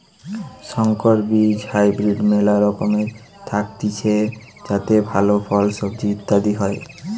সংকর বীজ হাইব্রিড মেলা রকমের থাকতিছে যাতে ভালো ফল, সবজি ইত্যাদি হয়